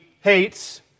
hates